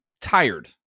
tired